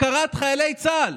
הפקרת חיילי צה"ל.